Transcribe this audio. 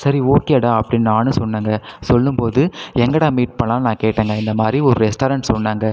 சரி ஓகேடா அப்படின்னு நானும் சொன்னேங்க சொல்லும் போது எங்கடா மீட் பண்ணலான்னு நான் கேட்டேங்க இந்த மாதிரி ஒரு ரெஸ்டாரண்ட் சொன்னாங்க